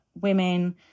women